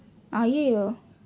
!aiyo!